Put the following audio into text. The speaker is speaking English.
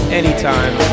anytime